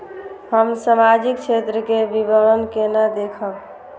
हम सामाजिक क्षेत्र के विवरण केना देखब?